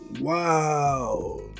wow